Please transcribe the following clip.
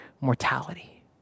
mortality